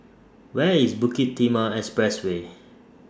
Where IS Bukit Timah Expressway